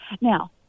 Now